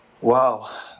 Wow